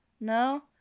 No